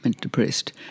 depressed